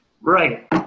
Right